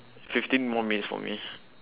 fifteen more minutes for me